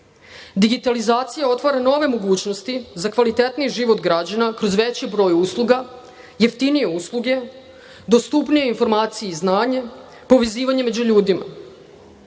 Digitalizacija otvara nove mogućnosti za kvalitetniji život građana kroz veći broj usluga, jeftinije usluge, dostupnije informacije i znanje, povezivanje među ljudima.